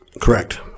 Correct